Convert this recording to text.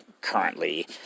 currently